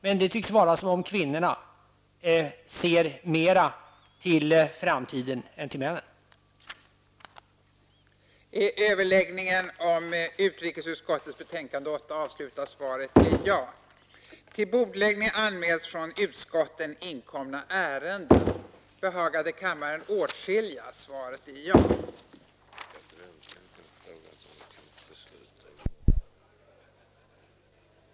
Men det tycks vara som om kvinnorna ser mer till framtiden än vad männen gör.